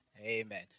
Amen